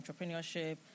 entrepreneurship